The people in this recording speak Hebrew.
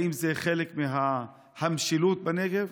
האם זה חלק מהמשילות בנגב?